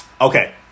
Okay